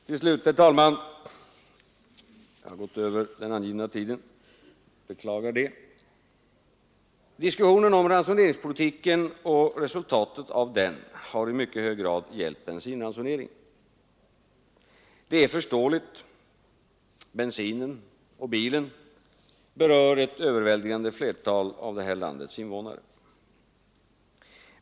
Till slut, herr talman: Diskussionen om ransoneringspolitiken och resultatet av den har i mycket hög grad gällt bensinransoneringen. Det är förståeligt. Bensinen och bilen berör ett överväldigande flertal av det här landets invånare.